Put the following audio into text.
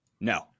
no